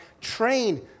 train